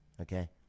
Okay